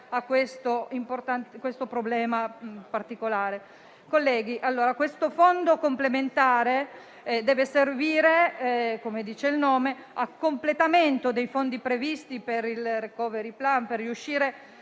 a questo problema particolare. Colleghi, questo fondo complementare deve servire, come dice il nome, a completamento dei fondi previsti per il *recovery plan*, a riuscire